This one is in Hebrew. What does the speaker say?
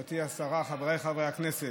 גברתי השרה, חבריי חברי הכנסת,